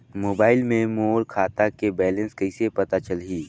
Mobile मे मोर खाता के बैलेंस कइसे पता चलही?